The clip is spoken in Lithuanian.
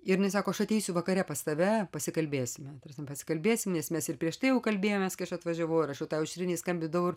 ir jinai sako aš ateisiu vakare pas tave pasikalbėsime ta prasme pasikalbėsim nes mes ir prieš tai jau kalbėjomės kai aš atvažiavau ir aš jau tai aušrinei skambindavau ir